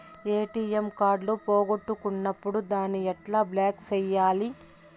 ATM card పోగొట్టుకున్నప్పుడు దాన్ని ఎట్లా బ్లాక్ సేయాలి